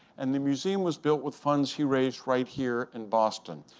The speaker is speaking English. and the museum was built with funds he raised right here in boston.